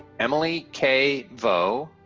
emily k vo,